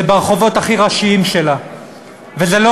זה ברחובות הכי ראשיים שלה.